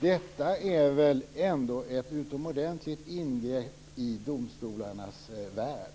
Detta är väl ändå ett utomordentligt stort ingrepp i domstolarnas värld!